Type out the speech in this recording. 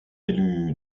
élu